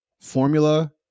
formula